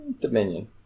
Dominion